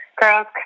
girls